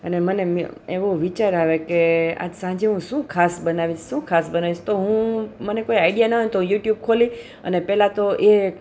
અને મને એવો વિચાર આવે કે આજ સાંજે હું શું ખાસ બનાવીશ શું ખાસ બનાવીશ તો હું મને કોઈ આઈડિયા ન હોય તો યુટ્યુબ ખોલી અને પેલાતો એ